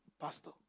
pastor